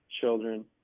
children